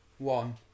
One